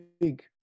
big